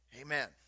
Amen